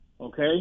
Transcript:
Okay